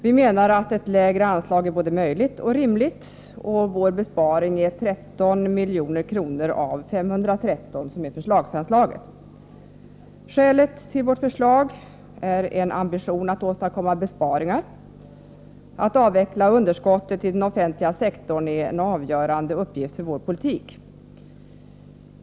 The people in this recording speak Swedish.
Vi menar att det är både möjligt och rimligt att ha ett lägre anslag, och vår besparing är 13 miljoner av 513 miljoner, som är förslagsanslaget. Skälet till vårt förslag är en ambition att åstadkomma besparingar. Att avveckla underskottet i den offentliga sektorn är en avgörande uppgift för vår politik.